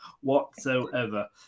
whatsoever